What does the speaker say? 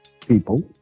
people